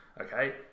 Okay